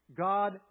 God